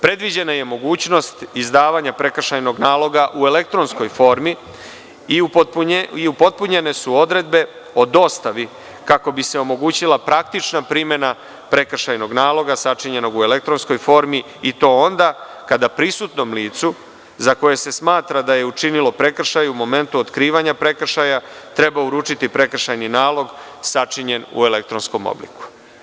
Predviđena je mogućnost izdavanja prekršajnog naloga u elektronskoj formi i upotpunjene su odredbe o dostavi kako bi se omogućila praktična primena prekršajnog naloga sačinjenog u elektronskoj formi i to onda kada prisutnom licu za koje se smatra da je učinilo prekršaj, u momentu otkrivanja prekršaja treba uručiti prekršajni nalog sačinjen u elektronskom obliku.